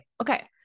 Okay